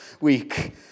week